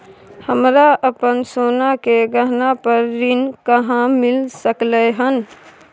हमरा अपन सोना के गहना पर ऋण कहाॅं मिल सकलय हन?